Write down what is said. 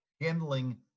handling